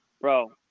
Bro